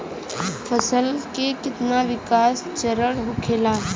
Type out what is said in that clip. फसल के कितना विकास चरण होखेला?